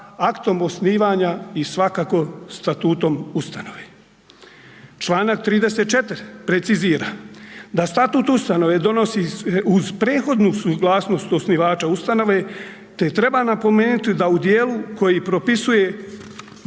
aktom osnivanja i svakako statutom ustanove. Članak 34. precizira da statut ustanove donosi uz prethodnu suglasnost osnivača ustanove te treba napomenuti da u dijelu koji propisuje